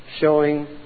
showing